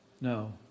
No